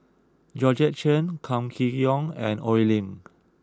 Georgette Chen Kam Kee Yong and Oi Lin